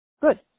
Good